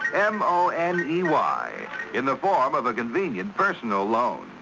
m o n e y in the form of a convenient personal loan.